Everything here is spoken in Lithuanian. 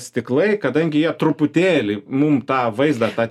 stiklai kadangi jie truputėlį mum tą vaizdą tą